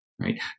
right